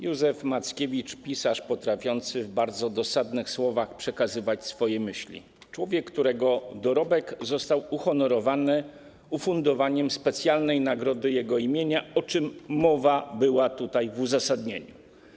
Józef Mackiewicz to pisarz potrafiący w bardzo dosadnych słowach przekazywać swoje myśli, człowiek, którego dorobek został uhonorowany ufundowaniem specjalnej nagrody jego imienia, o czym mowa była w uzasadnieniu.